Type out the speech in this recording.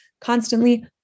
constantly